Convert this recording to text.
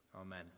amen